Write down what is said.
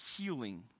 healing